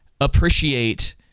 appreciate